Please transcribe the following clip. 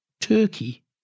Turkey